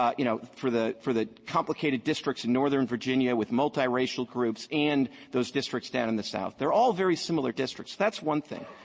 um you know, for the for the complicated districts in northern virginia with multiracial groups and those districts down in the south. they're all very similar districts. that's one thing.